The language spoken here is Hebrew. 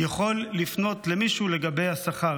יכול לפנות למישהו לגבי השכר?